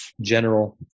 general